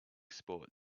sport